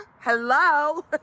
Hello